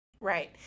Right